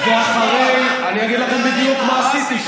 אני אגיד לכם בדיוק מה עשיתי.